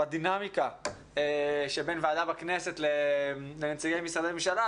בדינמיקה שבין ועדה בכנסת לנציגי משרדי ממשלה,